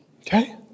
okay